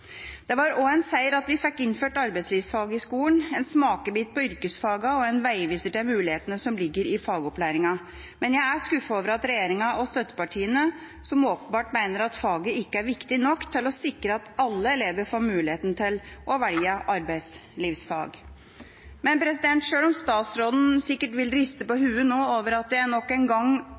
Det var også en seier at vi fikk innført arbeidslivsfaget i skolen – en smakebit på yrkesfagene og en veiviser til mulighetene som ligger i fagopplæringen. Men jeg er skuffet over regjeringa og støttepartiene, som åpenbart mener at faget ikke er viktig nok til å sikre at alle elever får mulighet til å velge arbeidslivsfag. Selv om statsråden sikkert vil riste på hodet over at jeg nok en gang